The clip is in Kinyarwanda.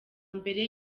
mbere